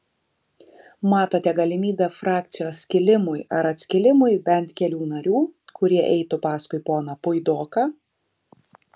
matote galimybę frakcijos skilimui ar atskilimui bent kelių narių kurie eitų paskui poną puidoką